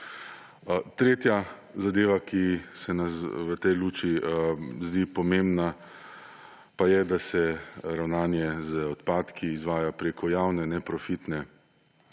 Tretja zadeva, ki se nam v tej luči zdi pomembna, pa je, da se ravnanje z odpadki izvaja prek javne neprofitne